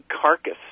carcass